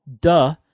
duh